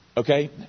Okay